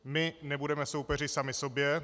My nebudeme soupeři sami sobě.